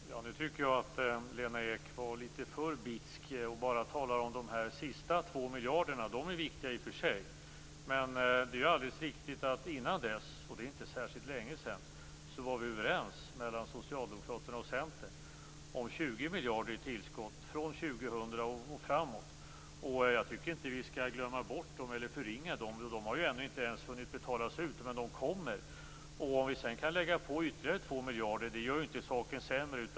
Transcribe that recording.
Herr talman! Nu tycker jag att Lena Ek var litet för bitsk och bara talade om de sista 2 miljarderna. De är i och för sig viktiga. Men tidigare, och det är inte särskilt länge sedan, var Socialdemokraterna och 2000 och framåt. Jag tycker inte att vi skall glömma bort dem eller förringa dem. De har ännu inte hunnit betalas ut, men de kommer. Om vi sedan kan lägga på ytterligare 2 miljarder gör ju det inte saken sämre.